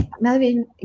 Melvin